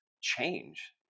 change